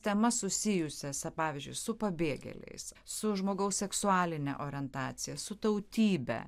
temas susijusias pavyzdžiui su pabėgėliais su žmogaus seksualine orientacija su tautybe